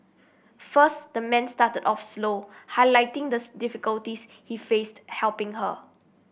first the man started off slow highlighting the difficulties he faced helping her